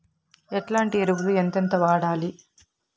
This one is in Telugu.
ఎట్లాంటి ఎరువులు ఎంతెంత వాడాలి?